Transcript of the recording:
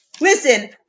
Listen